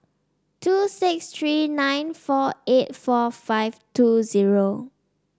two six three nine four eight four five two zero